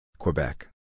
Quebec